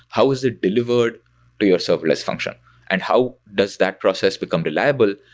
how is it delivered to your serverless function and how does that process become reliable?